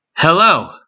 Hello